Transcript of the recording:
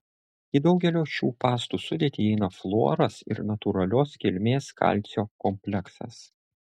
į daugelio šių pastų sudėtį įeina fluoras ir natūralios kilmės kalcio kompleksas